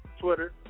Twitter